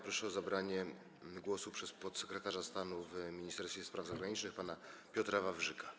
Proszę o zabranie głosu podsekretarza stanu w Ministerstwie Spraw Zagranicznych pana Piotra Wawrzyka.